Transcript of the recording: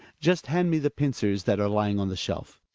just hand me the pincers that are lying on the shelf.